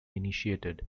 initiated